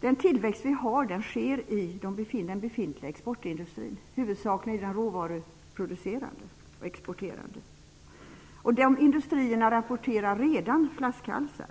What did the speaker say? Den tillväxt vi har sker i den befintliga exportindustrin, huvudsakligen den råvaruproducerande. De industrierna rapporterar redan om flaskhalsar,